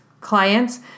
Clients